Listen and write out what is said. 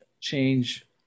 change